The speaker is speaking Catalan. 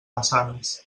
maçanes